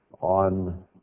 on